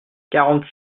quarante